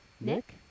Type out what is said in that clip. Nick